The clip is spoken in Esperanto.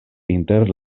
inter